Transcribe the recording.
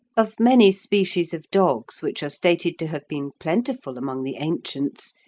of many species of dogs which are stated to have been plentiful among the ancients,